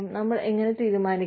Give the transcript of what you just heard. നമ്മൾ എങ്ങനെ തീരുമാനിക്കും